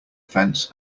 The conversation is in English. fence